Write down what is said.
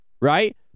right